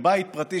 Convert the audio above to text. בבית פרטי,